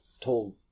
told